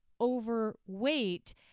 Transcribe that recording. overweight